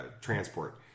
transport